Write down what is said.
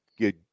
good